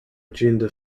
agenda